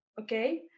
okay